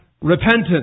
repentance